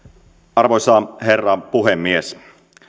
arvoisa herra puhemies